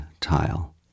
tile